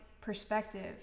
perspective